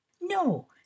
no